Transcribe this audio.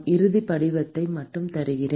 இறுதி படிவத்தை மட்டும் தருகிறேன்